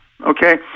Okay